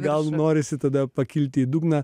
gal norisi tada pakilti į dugną